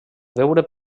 veure